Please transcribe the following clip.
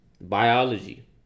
biology